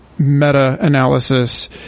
meta-analysis